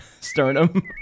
sternum